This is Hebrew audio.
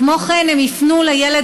כמו כן, הם יפנו לילד